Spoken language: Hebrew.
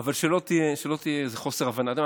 אבל שלא יהיה חוסר הבנה.